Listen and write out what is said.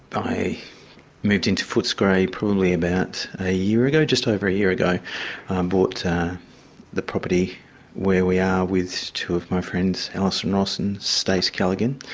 i moved into footscray probably about a year ago, just over a year ago, i bought the property where we are with two of my friends, alison ross and stace callaghan.